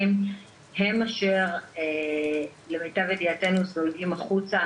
הם אשר למיטב ידיעתנו זולגים החוצה.